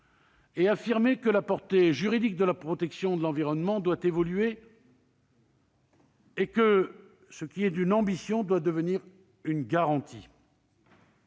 et affirmer que la portée juridique de la protection de l'environnement doit évoluer, que ce qui est une ambition doit devenir une garantie.